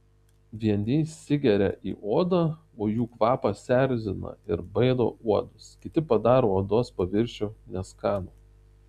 vieni įsigeria į odą o jų kvapas erzina ir baido uodus kiti padaro odos paviršių neskanų